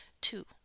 two